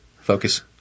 Focus